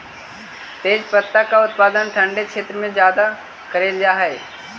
तेजपत्ता का उत्पादन ठंडे क्षेत्र में ज्यादा करल जा हई